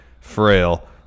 frail